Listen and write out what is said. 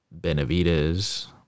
Benavides